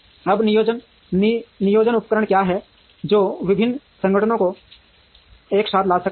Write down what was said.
अब नियोजन उपकरण क्या हैं जो विभिन्न संगठनों को एक साथ ला सकते हैं